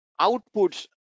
outputs